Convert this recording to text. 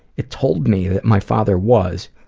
it told me that my father was,